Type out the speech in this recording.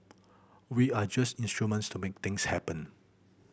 we are just instruments to make things happen